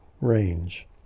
range